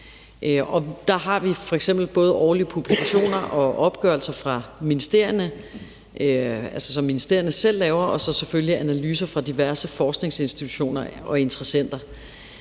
Der har vi f.eks. både årlige publikationer og opgørelser fra ministerierne, altså som ministerierne selv laver, og så selvfølgelig analyser fra diverse forskningsinstitutioner og interessenter.